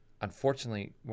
unfortunately